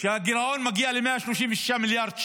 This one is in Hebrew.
כשהגירעון מגיע ל-136 מיליארד שקל.